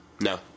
No